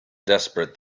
desperate